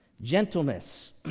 Gentleness